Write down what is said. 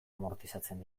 amortizatzen